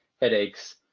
headaches